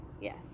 Yes